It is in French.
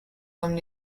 comme